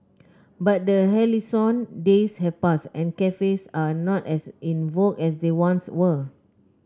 but the halcyon days have passed and cafes are not as in vogue as they once were